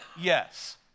Yes